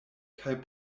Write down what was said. kaj